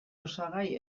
osagai